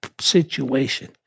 situation